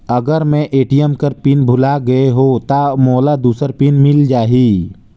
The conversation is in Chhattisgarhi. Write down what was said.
अगर मैं ए.टी.एम कर पिन भुलाये गये हो ता मोला दूसर पिन मिल जाही?